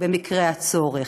במקרה הצורך.